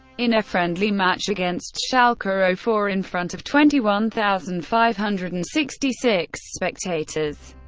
in a friendly match against schalke ah so four, in front of twenty one thousand five hundred and sixty six spectators.